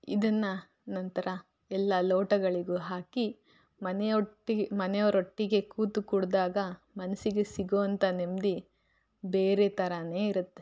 ಇದನ್ನು ನಂತರ ಎಲ್ಲ ಲೋಟಗಳಿಗೂ ಹಾಕಿ ಮನೆ ಒಟ್ಟಿಗೆ ಮನೆಯವರೊಟ್ಟಿಗೆ ಕೂತು ಕುಡಿದಾಗ ಮನಸ್ಸಿಗೆ ಸಿಗುವಂಥ ನೆಮ್ಮದಿ ಬೇರೆ ಥರಾನೇ ಇರತ್ತೆ